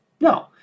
No